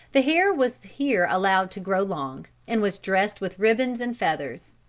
the hair was here allowed to grow long, and was dressed with ribbons and feathers.